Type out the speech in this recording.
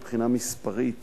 מבחינה מספרית,